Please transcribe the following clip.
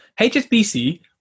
HSBC